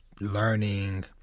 learning